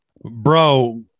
bro